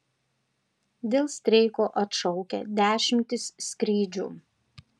dėl streiko atšaukia dešimtis skrydžių